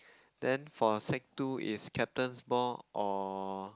then for sec two is captain's ball or